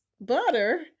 butter